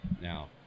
now